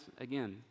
again